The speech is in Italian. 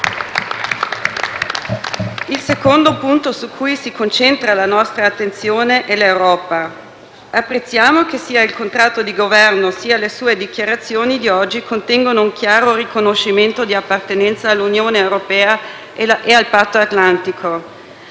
Il secondo punto su cui si concentra la nostra attenzione è l'Europa. Apprezziamo che sia il contratto di Governo che le sue dichiarazioni di oggi contengano un chiaro riconoscimento di appartenenza all'Unione europea e al Patto atlantico.